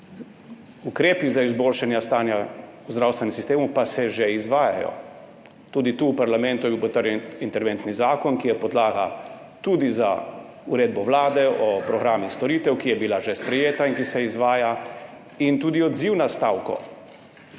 Ukrepi za izboljšanje stanja v zdravstvenem sistemu pa se že izvajajo. Tudi tu v parlamentu je bil potrjen interventni zakon, ki je podlaga tudi za uredbo Vlade o programih storitev, ki je bila že sprejeta in ki se izvaja, in tudi odziv na stavko,